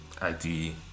ID